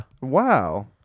wow